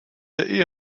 der